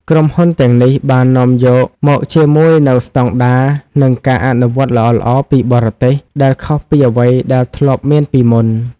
ក្រុមហ៊ុនទាំងនេះបាននាំយកមកជាមួយនូវស្តង់ដារ និងការអនុវត្តល្អៗពីបរទេស ដែលខុសពីអ្វីដែលធ្លាប់មានពីមុន។